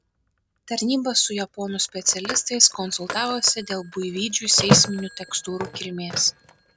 tarnyba su japonų specialistais konsultavosi dėl buivydžių seisminių tekstūrų kilmės